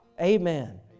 Amen